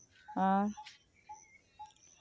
ᱟᱨ